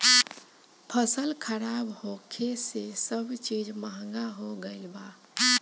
फसल खराब होखे से सब चीज महंगा हो गईल बा